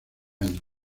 año